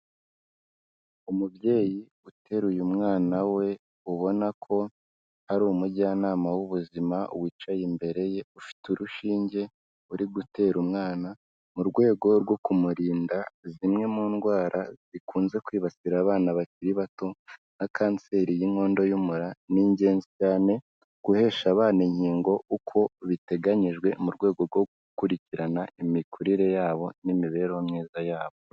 Umubyeyi uteruye umwana we ubona ko ari umujyanama w'ubuzima wicaye imbere ye ufite urushinge uri gutera umwana, mu rwego rwo kumurinda zimwe mu ndwara zikunze kwibasira abana bakiri bato nka kanseri y'inkondo y'umura, ni ingenzi cyane guhesha abana inkingo uko biteganyijwe mu rwego rwo gukurikirana imikurire yabo n'imibereho myiza yabo.